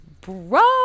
bro